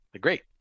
great